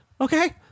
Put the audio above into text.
okay